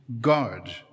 God